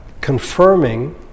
confirming